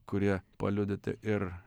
kurie paliudyti ir